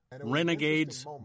Renegades